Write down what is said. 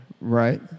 Right